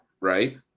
right